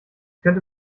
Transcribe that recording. könnte